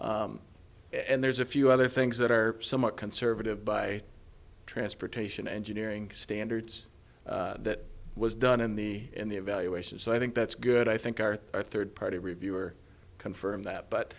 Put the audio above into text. and there's a few other things that are somewhat conservative by transportation engineering standards that was done in the in the evaluation so i think that's good i think our third party review or confirm that but